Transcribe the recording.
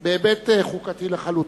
אלא בהיבט חוקתי לחלוטין,